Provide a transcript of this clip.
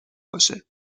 باشه